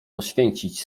poświęcić